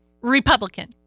republican